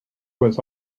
was